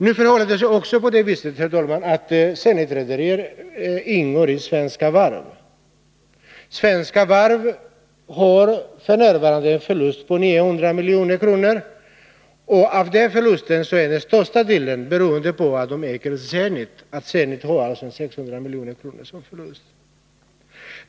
Nu förhåller sig det också på det viset, herr talman, att Zenit-rederiet ingår i Svenska Varv AB. Svenska Varv harf. n. en förlust på 900 milj.kr., och den största delen av den förlusten beror på att Zenit går med 600 milj.kr. i förlust.